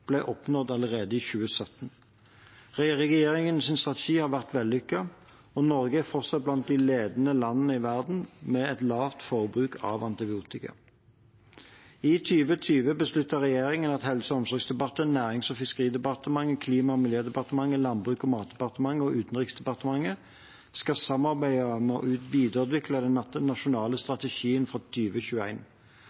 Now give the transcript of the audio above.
oppnådd allerede i 2017. Regjeringens strategi har vært vellykket, og Norge er fortsatt blant de ledende land i verden med et lavt forbruk av antibiotika. I 2020 besluttet regjeringen at Helse- og omsorgsdepartementet, Nærings- og fiskeridepartementet, Klima- og miljødepartementet, Landbruks- og matdepartementet og Utenriksdepartementet skal samarbeide om å videreutvikle den nasjonale